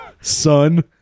son